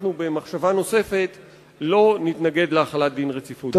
אנחנו במחשבה נוספת לא נתנגד להחלת דין רציפות.